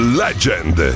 legend